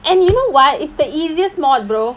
and you know what it's the easiest modules brother